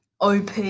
op